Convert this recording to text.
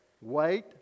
wait